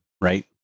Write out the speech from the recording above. right